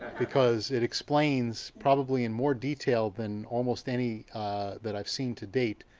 because it explains probably in more detail than almost any that i've seen to date,